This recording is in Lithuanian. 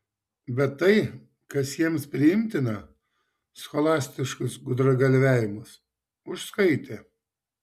bet tai kas jiems priimtina scholastiškus gudragalviavimus užskaitė